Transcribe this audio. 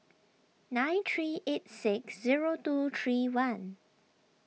nine three eight six zero two three one